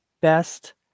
best